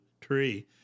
tree